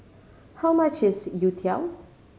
how much is youtiao